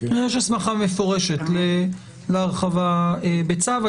יש הסמכה מפורשת להרחבה בצו.